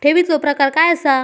ठेवीचो प्रकार काय असा?